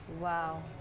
Wow